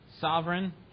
sovereign